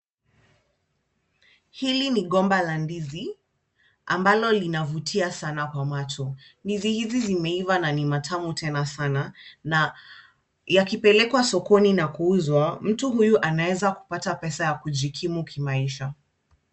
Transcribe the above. Hili ni gomba la ndizi ambalo linavutia sana kwa macho. Ndizi hizi zimeiva na ni matamu tena sana na yakipelekwa sokoni na kuuzwa, mtu huyu anaweza kupata pesa ya kujikimu kimaisha.